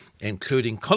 including